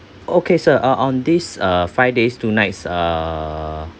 okay sir uh on this uh five days two nights uh